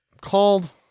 called